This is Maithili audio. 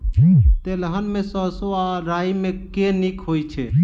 तेलहन मे सैरसो आ राई मे केँ नीक होइ छै?